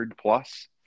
plus